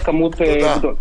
תודה.